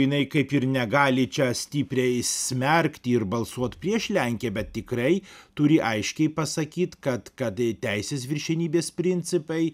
jinai kaip ir negali čia stipriai smerkti ir balsuot prieš lenkiją bet tikrai turi aiškiai pasakyt kad kad e teisės viršenybės principai